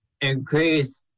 increase